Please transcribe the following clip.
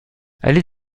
allée